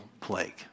plague